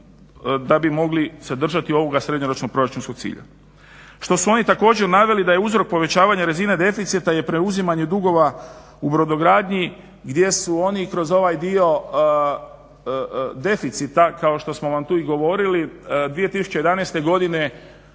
da bi mogli se držati ovog srednjoročnog proračunskog cilja. Što su oni naveli također da je uzrok povećanja razine deficita je preuzimanje dugova u brodogradnji gdje su oni kroz ovaj dio deficita kao što smo vam tu i govorili 2011.godine